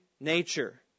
nature